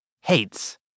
hates